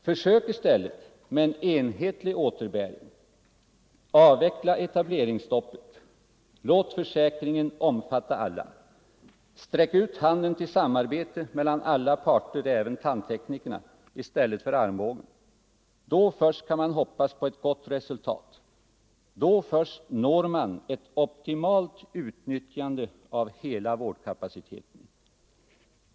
Försök i stället med en enhetlig återbäring, avveckla etableringsstoppet, låt försäkringen omfatta alla och sträck ut handen till samarbete med alla parter, även tandteknikerna, i stället för armbågen! Då först kan man hoppas på ett gott resultat, då först når man ett optimalt utnyttjande av hela vårdkapaciteten.